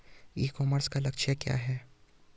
ई commerce का लक्ष्य क्या है?